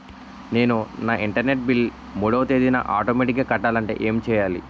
నేను నా internet bill మూడవ తేదీన ఆటోమేటిగ్గా కట్టాలంటే ఏం చేయాలి?